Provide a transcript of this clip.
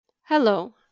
Hello